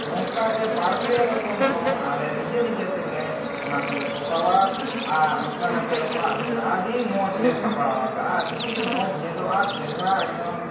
ᱱᱚᱝᱠᱟ ᱜᱮ ᱵᱟᱨᱯᱮ ᱨᱚᱠᱚᱢ ᱨᱚᱝ ᱟᱞᱮ ᱱᱤᱡᱮ ᱱᱤᱡᱮ ᱛᱮᱜᱮ ᱚᱱᱟ ᱠᱚᱞᱮ ᱯᱚᱛᱟᱣᱟ ᱟᱨ ᱱᱚᱝᱠᱟ ᱠᱟᱛᱮᱫ ᱚᱲᱟᱜ ᱫᱩᱣᱟᱹᱨ ᱟᱹᱰᱤ ᱢᱚᱡᱽ ᱞᱮ ᱥᱟᱯᱲᱟᱣ ᱟᱠᱟᱜᱼᱟ ᱟᱹᱰᱤ ᱢᱚᱡᱽ ᱧᱮᱞᱚᱜᱼᱟ ᱪᱮᱦᱨᱟ ᱮᱠᱫᱚᱢ